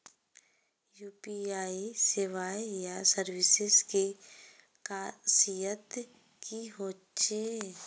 UPI सेवाएँ या services की खासियत की होचे?